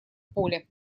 поле